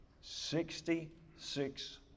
Sixty-six